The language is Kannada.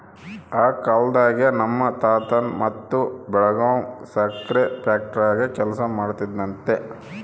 ಆ ಕಾಲ್ದಾಗೆ ನಮ್ ತಾತನ್ ತಮ್ಮ ಬೆಳಗಾಂ ಸಕ್ರೆ ಫ್ಯಾಕ್ಟರಾಗ ಕೆಲಸ ಮಾಡ್ತಿದ್ನಂತೆ